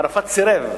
ערפאת סירב